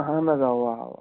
اَہَن حظ اَوا اَوا